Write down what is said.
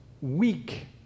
weak